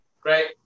Great